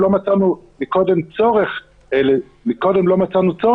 לא מצאנו קודם צורך לדבר,